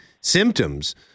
symptoms